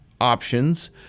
options